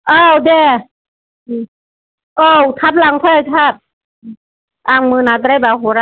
औ दे उम औ थाब लांफै थाब उम आं मोनाद्रायबा हरा